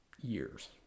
years